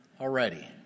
already